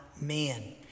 man